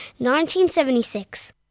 1976